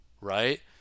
Right